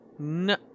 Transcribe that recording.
No